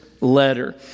letter